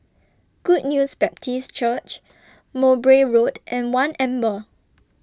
Good News Baptist Church Mowbray Road and one Amber